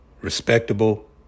Respectable